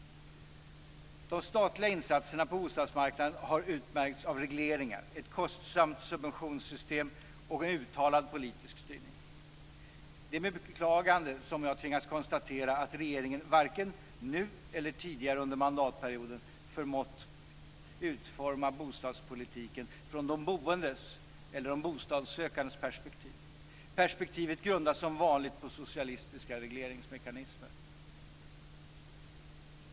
De statsliga insatserna på bostadsmarknaden har utmärkts av regleringar, ett kostsamt subventionssystem och en uttalad politisk styrning. Det är med beklagande jag tvingas konstatera att regeringen varken nu eller tidigare under mandatperioden förmått utforma bostadspolitiken från de boendes eller bostadssökandes perspektiv. Perspektivet grundas som vanligt på socialistiska regleringsmekanismer.